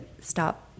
stop